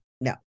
No